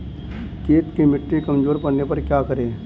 खेत की मिटी कमजोर पड़ने पर क्या करें?